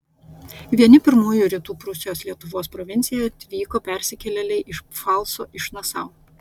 vieni pirmųjų į rytų prūsijos lietuvos provinciją atvyko persikėlėliai iš pfalco iš nasau